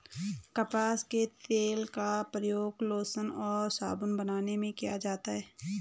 कपास के तेल का प्रयोग लोशन और साबुन बनाने में किया जाता है